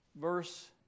verse